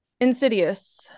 Insidious